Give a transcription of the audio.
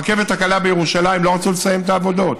הרכבת הקלה בירושלים, לא רצו לסיים את העבודות,